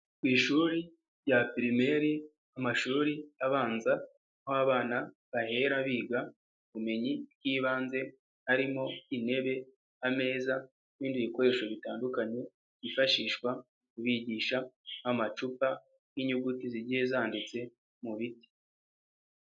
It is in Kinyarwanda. Ku ishuri rya Primaire mu mashuri abanza, aho abana bahera biga ubumenyi bw'ibanze harimo intebe, ameza n'ibindi bikoresho bitandukanye, byifashishwa kubigisha nk'amacupa n'inyuguti zigiye zanditse mu biti.